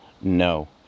No